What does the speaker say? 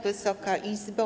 Wysoka Izbo!